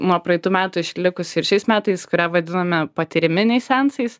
nuo praeitų metų išlikusi ir šiais metais kurią vadiname patyriminiais seansais